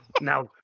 Now